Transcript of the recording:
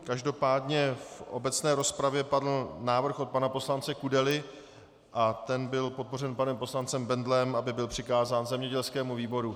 Každopádně v obecné rozpravě padl návrh od pana poslance Kudely a ten byl podpořen panem poslancem Bendlem, aby byl přikázán zemědělskému výboru.